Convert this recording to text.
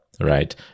right